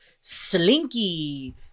slinky